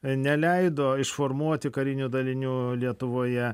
neleido išformuoti karinių dalinių lietuvoje